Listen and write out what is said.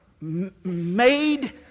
made